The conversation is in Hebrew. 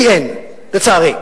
לי אין, לצערי.